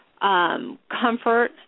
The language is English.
comfort